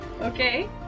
okay